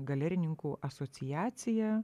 galerininkų asociacija